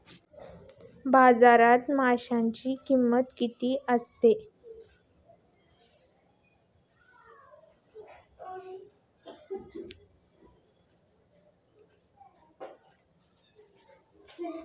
बाजारात माशांची किंमत किती असते?